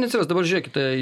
neatsiras dabar žiūrėkite